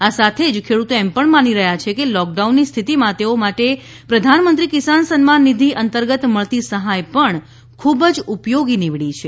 આ સાથે જ ખેડૂતો એમ પણ માની રહ્યા છે કે લોક ડાઉનની સ્થિતિમાં તેઓ માટે પ્રધાનમંત્રી કિસાન સન્માન નિધી અંતર્ગત મળતી સહાય પણ ખૂબ જ ઉપયોગી નિવડી છે